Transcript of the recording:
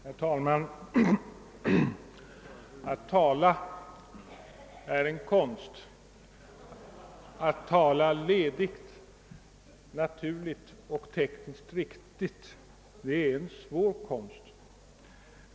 Herr talman! Att tala är en konst. Att tala ledigt, naturligt och tekniskt riktigt är en svår konst.